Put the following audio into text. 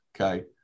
okay